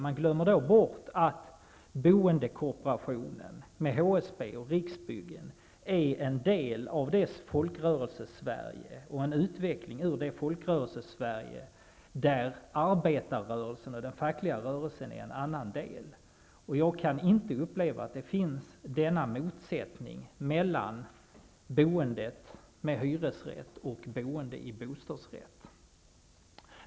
Man glömmer bort att boendekooperationen med HSB och Riksbyggen är en del av det Folkrörelsesverige, och en utveckling ur det Folkrörelsesverige, där arbetarrörelsen och den fackliga rörelsen är en annan del. Jag kan inte uppleva att denna motsättning finns mellan boendet med hyresrätt och boende i bostadsrätt.